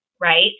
Right